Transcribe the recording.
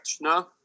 no